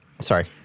Sorry